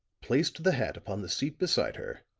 placed the hat upon the seat beside her,